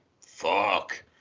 fuck